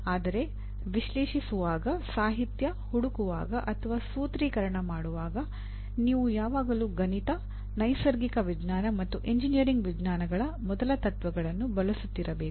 ಆದರೆ ವಿಶ್ಲೇಷಿಸುವಾಗ ಸಾಹಿತ್ಯ ಹುಡುಕುವಾಗ ಅಥವಾ ಸೂತ್ರೀಕರಣ ಮಾಡುವಾಗ ನೀವು ಯಾವಾಗಲೂ ಗಣಿತ ನೈಸರ್ಗಿಕ ವಿಜ್ಞಾನ ಮತ್ತು ಎಂಜಿನಿಯರಿಂಗ್ ವಿಜ್ಞಾನಗಳ ಮೊದಲ ತತ್ವಗಳನ್ನು ಬಳಸುತ್ತಿರಬೇಕು